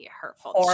Hurtful